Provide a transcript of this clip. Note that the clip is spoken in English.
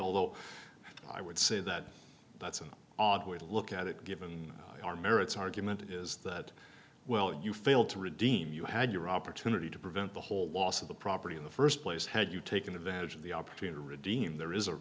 although i would say that that's an odd way to look at it given our merits argument is that well you failed to redeem you had your opportunity to prevent the whole loss of the property in the st place had you taken advantage of the opportunity to deem there is a